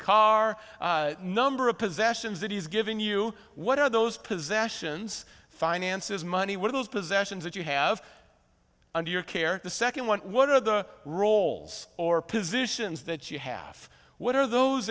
car number of possessions that is given you what are those possessions finances money what are those possessions that you have under your care the second one what are the roles or position is that you have what are those